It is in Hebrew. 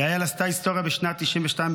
יעל עשתה היסטוריה בשנת 1992,